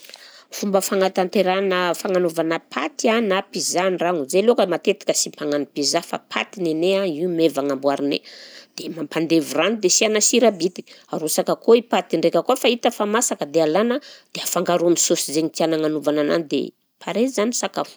Fomba fagnatanterahana fagnanovana paty an na pizza an-dragno, zay alohaka matetika sy mpagnano pizza fa paty ny anay a io maivagna amboarinay, dia mampandevy rano dia asiana sira bitika, arosaka koa i paty ndraika koa fa hita fa masaka dia alàna dia afangaro amin'ny saosy izaigny tiana agnanovana anany dia paré zany sakafo.